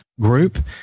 Group